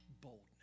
boldness